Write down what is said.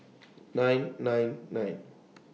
nine nine nine